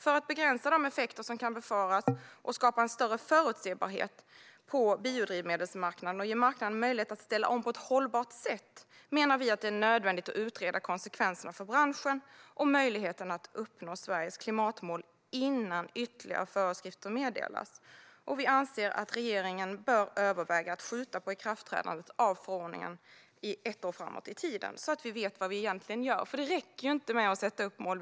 För att begränsa de effekter som kan befaras, för att skapa större förutsägbarhet på biodrivmedelsmarknaden och ge marknaden möjlighet att ställa om på ett hållbart sätt menar vi att det är nödvändigt att utreda konsekvenserna för branschen och möjligheten att uppnå Sveriges klimatmål innan ytterligare föreskrifter meddelas. Vi anser att regeringen bör överväga att skjuta ikraftträdandet av förordningen ett år framåt i tiden, så att vi vet vad vi egentligen gör. Det räcker inte att sätta upp mål.